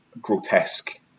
grotesque